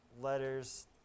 letters